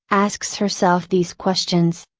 asks herself these questions.